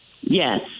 Yes